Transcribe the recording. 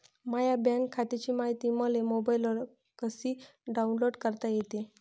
माह्या बँक खात्याची मायती मले मोबाईलवर कसी डाऊनलोड करता येते?